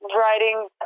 writing